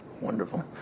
Wonderful